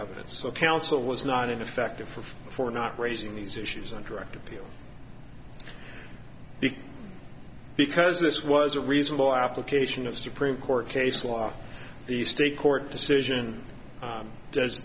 evidence the counsel was not ineffective for for not raising these issues on direct appeal big because this was a reasonable application of supreme court case law the state court decision does